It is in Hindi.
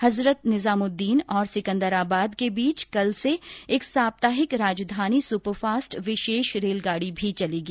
हजरत निजामुद्दीन और सिकंदराबाद के बीच कल से एक साप्ताहिक राजधानी सुपरफास्ट विशेष रेलगाड़ी भी चलेगी